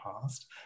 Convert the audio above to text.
past